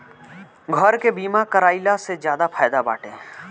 घर के बीमा कराइला से ज्यादे फायदा बाटे